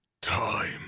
time